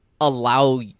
allow